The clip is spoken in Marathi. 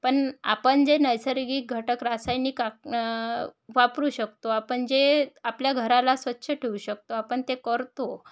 पण आपण जे नैसर्गिक घटक रासायनिक वापरू शकतो आपण जे आपल्या घराला स्वच्छ ठेवू शकतो आपण ते करतो